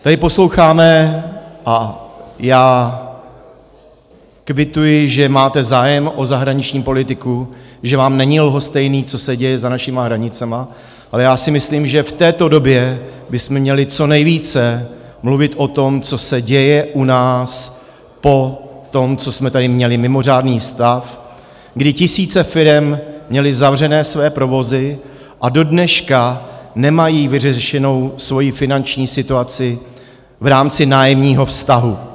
Tady posloucháme, a já kvituji, že máte zájem o zahraniční politiku, že vám není lhostejné, co se děje za našimi hranicemi, ale já si myslím, že v této době bychom měli co nejvíce mluvit o tom, co se děje u nás po tom, co jsme tady měli mimořádný stav, kdy tisíce firem měly zavřené své provozy a do dneška nemají vyřešenou svoji finanční situaci v rámci nájemního vztahu.